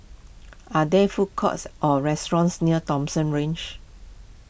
are there food courts or restaurants near Thomson Ridge